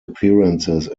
appearances